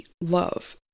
love